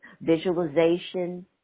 visualization